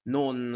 non